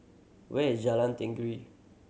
where is Jalan Tenggiri